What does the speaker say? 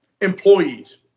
employees